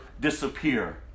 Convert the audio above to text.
disappear